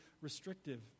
restrictive